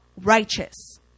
righteous